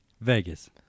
vegas